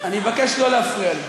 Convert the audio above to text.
אני מבקש לא להפריע לי.